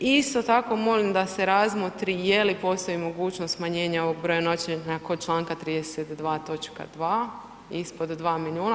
Isto tako molim da se razmotri je li postoji mogućnost smanjenja ovog broja noćenja kod članka 32. točka 2. ispod 2 milijuna.